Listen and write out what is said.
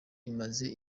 imaze